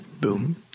Boom